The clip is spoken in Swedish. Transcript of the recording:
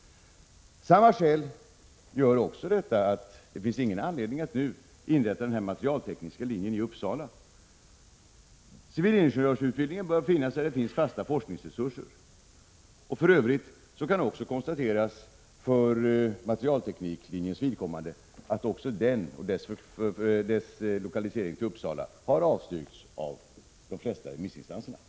Samma skäl gör att det inte finns anledning att nu inrätta den materialtekniska linjen i Uppsala. Civilingenjörsutbildningen bör finnas där det finns fasta forskningsresurser. För övrigt kan konstateras att också materialtekniklinjen och dess lokalisering till Uppsala har avstyrkts av de flesta remissinstanserna.